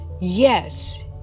yes